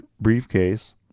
briefcase